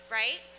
right